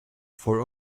for